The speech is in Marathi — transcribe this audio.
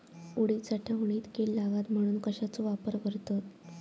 उडीद साठवणीत कीड लागात म्हणून कश्याचो वापर करतत?